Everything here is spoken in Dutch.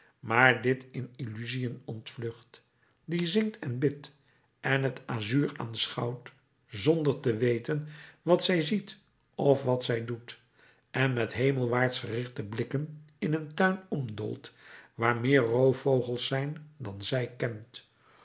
maar dit in illusiën ontvlucht die zingt en bidt en het azuur aanschouwt zonder te weten wat zij ziet of wat zij doet en met hemelwaarts gerichte blikken in een tuin omdoolt waar meer roofvogels zijn dan zij kent